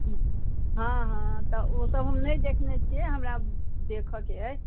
हाँ हाँ तऽ ओ सभ हम नहि देखने छियै हमरा देखऽके अइ